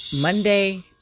Monday